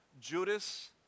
Judas